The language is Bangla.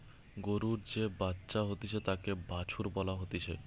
গরুর যে বাচ্চা হতিছে তাকে বাছুর বলা হতিছে